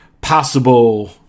possible